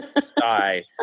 sky